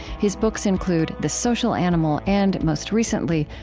his books include the social animal and most recently,